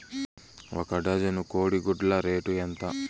ఒక డజను కోడి గుడ్ల రేటు ఎంత?